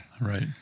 Right